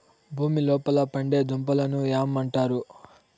భూమి లోపల పండే దుంపలను యామ్ అంటారు